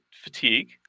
fatigue